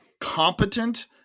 competent